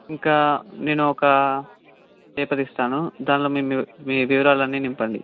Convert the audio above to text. ఇంకా నేను ఒక పేపర్ ఇస్తాను దానిలో మీమీ మీ వివరాలు అన్నీ నింపండి